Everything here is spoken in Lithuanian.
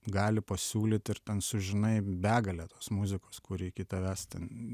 gali pasiūlyt ir ten sužinai begalę tos muzikos kuri iki tavęs ten